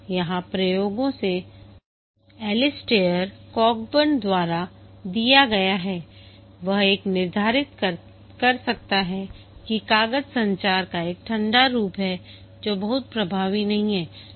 यह प्रयोगों से एलिस्टेयर कॉकबर्न द्वारा दिया गया है वह यह निर्धारित कर सकता है कि कागज संचार का एक ठंडा रूप है जो बहुत प्रभावी नहीं है